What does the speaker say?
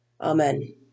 Amen